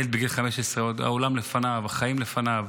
ילד בגיל 15, העולם עוד לפניו, החיים לפניו.